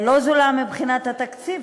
לא זולה מבחינת התקציב,